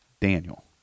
Daniel